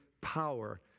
power